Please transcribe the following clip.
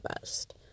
best